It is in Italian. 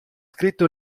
scritto